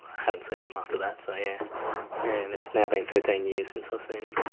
haven't seen him after that. so yeah and it's now been thirteen years since i've seen him.